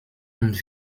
und